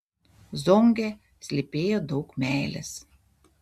zonge slypėjo daug meilės